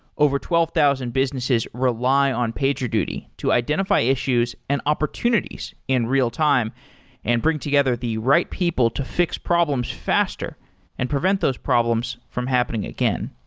over twelve thousand businesses rely on pagerduty to identify issues and opportunities in real time and bring together the right people to fi x problems faster and prevent those problems from happening again.